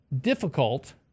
difficult